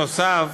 נוסף